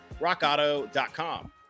rockauto.com